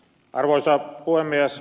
arvoisa puhemies